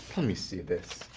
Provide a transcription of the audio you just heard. let me see this.